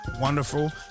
wonderful